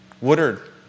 Woodard